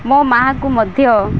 ମୋ ମା'କୁ ମଧ୍ୟ